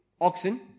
oxen